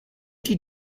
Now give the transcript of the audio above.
die